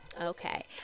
Okay